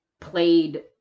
played